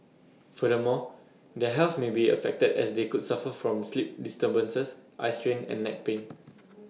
furthermore their health may be affected as they could suffer from sleep disturbances eye strain and neck pain